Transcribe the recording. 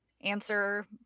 answer